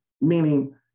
meaning